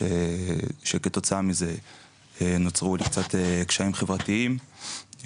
כתוצאה מזה נוצרו לי קצת קשיים חברתיים,